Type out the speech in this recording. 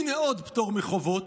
הינה עוד פטור מחובות.